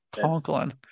Conklin